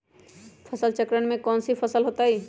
फसल चक्रण में कौन कौन फसल हो ताई?